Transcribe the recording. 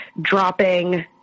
dropping